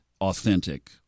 authentic